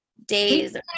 days